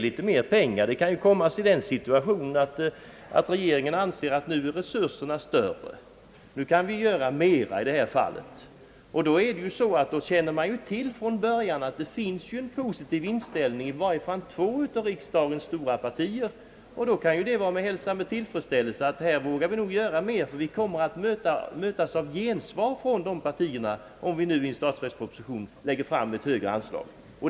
Vi kan ju komma i den situationen att regeringen anser att re surserna har blivit större och att Sverige kan göra mera. Då känner man från början till att det finns en positiv inställning åtminstone i två av riksdagens stora partier och vågar kanske göra mer, eftersom man vet att förslag i statsverkspropositionen om större u-hjälp kommer att mötas av gensvar från de partierna. Det borde man kunna hälsa med tillfredsställelse.